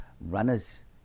runners